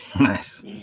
nice